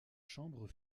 chambre